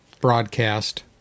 broadcast